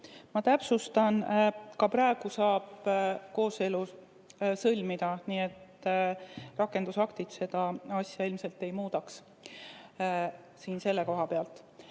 Ma täpsustan, et ka praegu saab kooselu sõlmida, nii et rakendusaktid seda asja ilmselt ei muudaks selle koha pealt.